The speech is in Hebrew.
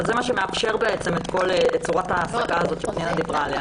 אבל זה מה שמאפשר בעצם את צורת ההעסקה הזאת שפנינה פויפר דיברה עליה.